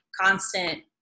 constant